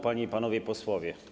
Panie i Panowie Posłowie!